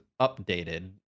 updated